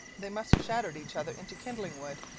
they must have shattered each other into kindling wood.